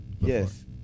Yes